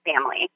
family